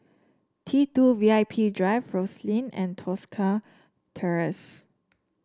T two V I P Drive Rosyth and Tosca Terrace